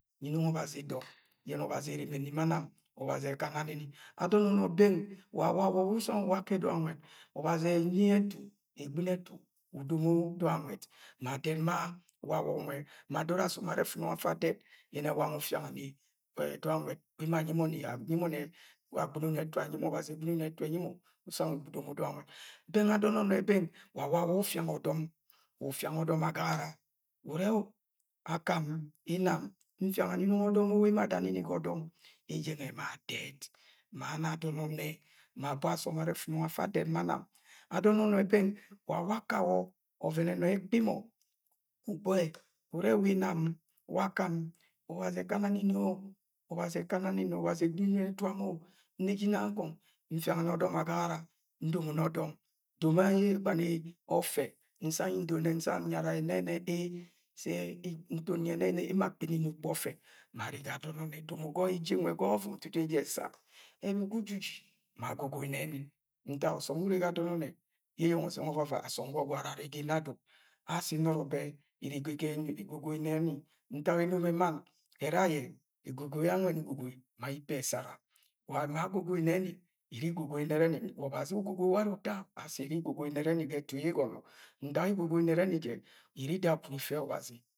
Nyi no̱ngo̱ ọbazi idọm, yere ọbazi ereme ni ma nam, ọbazi ekanaa nini. Ado̱n onne beng wa wawọ wang uwa ake̱ dong anwed, ọbazi e̱nuie e̱tu, egbɨno etu, udomo do̱ng anwed, ma adet ma wawo̱ nwe̱. Ma adoro asom anḍ fut nongo, afa adot yene yam uti angani dong nwed, emo anyimọ ni obazi egbino etu emi mọ usang udomo do̱ng nwed beng adon onne beng wa wawo ufianga odom. ufianga odom agagare ure ol akam, mem, nfiangani no̱ngo̱ ọdom ol emo adanini ga odom. Eje nwe emo ma adet, ma ana adon onne, ma abo asom are tu nongo ata adet ma nam. Adon onne ekoi mọ ubo ye ure wo inam, wakam ọbazi ekananini, ọbazi egbino ni ẹtumo! Nne je ginang akong ntiangani odom agagara, ndomoni adom doma ye ẹgbani ofe nsana ndoro ye nne ee emo akpenini u kpuza ofe. Arre ga adon onne domo ga eje ga ọvọvọm dudu eje esa. Ebi ga ujiji ma ago goi meni ntak osom we ure ga adon onne ye eyena ovavai asom ga ọgọwo are arre ga inna, duk, ashi no̱ro̱ be iri igogoi neeni ntak enop. Emann ere aye egogoi anweni ugogoi ma ipe e esar. Wa, ma agogoi neni, iri isogoi nereni, wa ọbazi ugogoi ware uta. Ashi sẹ iri isogoi nereni sa etu ye igono ntak igogoi nereni je, iri ida oven swud ife ọbazi.